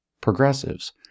progressives